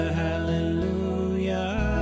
hallelujah